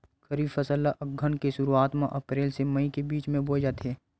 खरीफ फसल ला अघ्घन के शुरुआत में, अप्रेल से मई के बिच में बोए जाथे